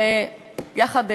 ויחד,